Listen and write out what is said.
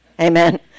Amen